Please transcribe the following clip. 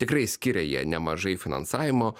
tikrai skiria jie nemažai finansavimo